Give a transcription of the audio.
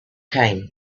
came